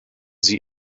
sie